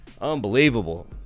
Unbelievable